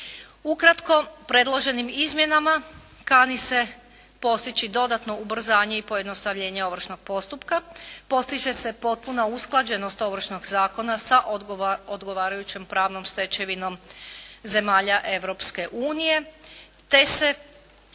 Ukratko, predloženim izmjenama kani se postići dodatno ubrzanje i pojednostavljenje ovršnog postupka, postiže se potpuna usklađenost Ovršnog zakona sa odgovarajućom pravom stečevinom zemalja Europske unije te se